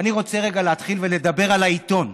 אני רוצה רגע להתחיל בדבר על העיתון.